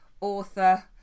author